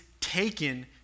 taken